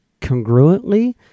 congruently